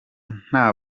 nta